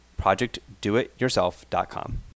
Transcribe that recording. projectdoityourself.com